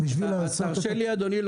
אדוני,